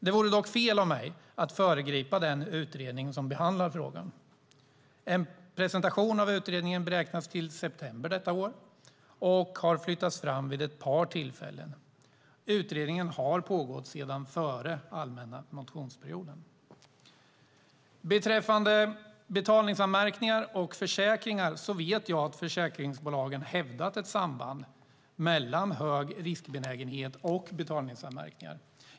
Det vore dock fel att föregripa den utredning som behandlar frågan. En presentation av utredningen beräknas till september detta år och har flyttats fram vid ett par tillfällen. Utredningen har pågått sedan före den allmänna motionsperioden. Beträffande betalningsanmärkningar och försäkringar vet jag att försäkringsbolagen hävdat ett samband mellan hög riskbenägenhet och betalningsanmärkningar.